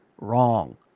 wrong